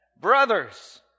Brothers